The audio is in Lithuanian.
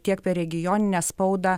tiek per regioninę spaudą